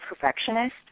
perfectionist